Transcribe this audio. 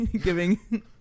giving